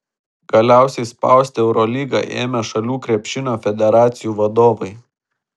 galiausiai spausti eurolygą ėmė šalių krepšinio federacijų vadovai